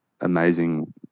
amazing